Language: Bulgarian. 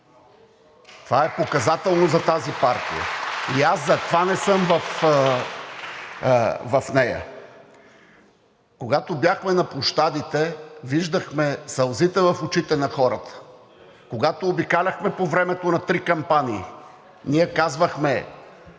от „Продължаваме Промяната“.) И аз затова не съм в нея. Когато бяхме на площадите, виждахме сълзите в очите на хората. Когато обикаляхме по времето на три кампании, ние казвахме